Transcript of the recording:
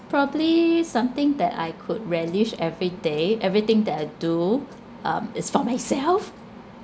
probably something that I could relish every day everything that I do um is for myself